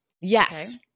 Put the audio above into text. Yes